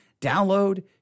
download